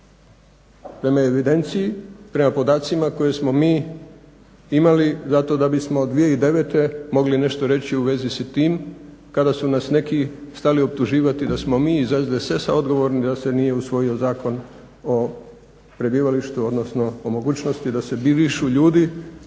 Prema evidenciji, prema podacima koje smo mi imali zato da bismo 2009. mogli nešto reći sa tim kada su nas neki stali optuživati da smo mi iz SDSS-a odgovorni da se nije usvojio Zakon o prebivalištu, odnosno o mogućnosti da se brišu ljudi